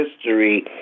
history